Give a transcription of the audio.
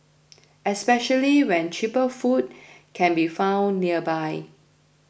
especially when cheaper food can be found nearby